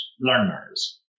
learners